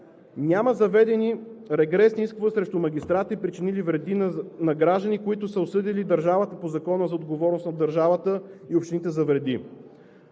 Няма заведени регресни искове срещу магистрати, причинили вреди на граждани, които са осъдили държавата по Закона за отговорността на държавата и общините за вреди.